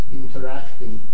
interacting